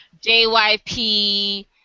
JYP